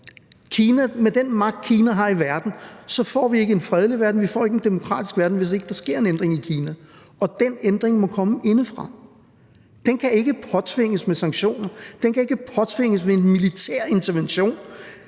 med den magt, Kina har i verden, ikke får en fredelig verden, vi får ikke en demokratisk verden, hvis ikke der sker en ændring i Kina, og den ændring må komme indefra. Den kan ikke påtvinges med sanktioner. Den kan ikke påtvinges ved en militær intervention,